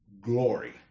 glory